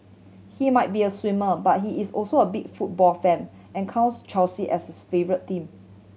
he might be a swimmer but he is also a big football fan and counts Chelsea as his favourite team